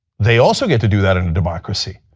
they also get to do that in a democracy.